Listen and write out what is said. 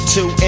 Two